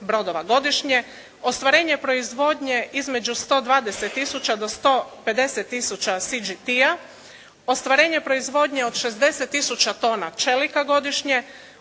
brodova godišnje, ostvarenje proizvodnje između 120 tisuća do 150 tisuća CGP-a, ostvarenje proizvodnje od 60 tisuća tona čelika godišnje,